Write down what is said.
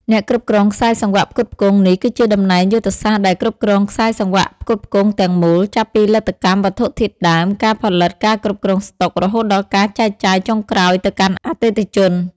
អ្នកគ្រប់គ្រងខ្សែសង្វាក់ផ្គត់ផ្គង់ នេះគឺជាតំណែងយុទ្ធសាស្ត្រដែលគ្រប់គ្រងខ្សែសង្វាក់ផ្គត់ផ្គង់ទាំងមូល ចាប់ពីលទ្ធកម្ម វត្ថុធាតុដើម ការផលិត ការគ្រប់គ្រងស្តុក រហូតដល់ការចែកចាយចុងក្រោយទៅកាន់អតិថិជន។